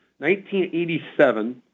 1987